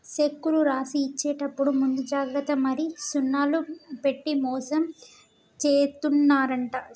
సెక్కులు రాసి ఇచ్చేప్పుడు ముందు జాగ్రత్త మరి సున్నాలు పెట్టి మోసం జేత్తున్నరంట